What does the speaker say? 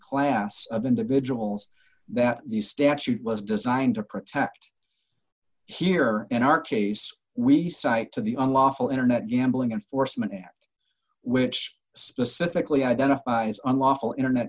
class of individuals that the statute was designed to protect here in our case we cite to the unlawful internet gambling enforcement act which specifically identifies unlawful internet